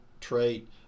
trait